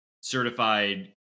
certified